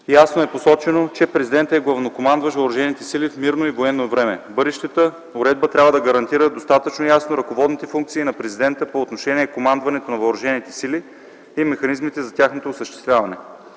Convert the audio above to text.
ясно е посочено, че Президентът е главнокомандващ въоръжените сили в мирно и военно време. Бъдещата уредба трябва да гарантира достатъчно ясно ръководните функции на Президента по отношение командването на въоръжените сили и механизмите за тяхното осъществяване.